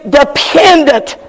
dependent